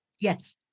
Yes